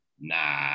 Nah